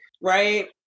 Right